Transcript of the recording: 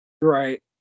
Right